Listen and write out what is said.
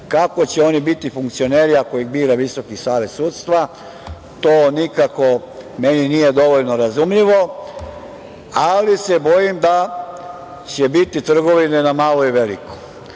kako će oni biti funkcioneri ako ih bira VSS? To nikako meni nije dovoljno razumljivo, ali se bojim da će biti trgovine na malo i veliko. Tim